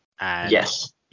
Yes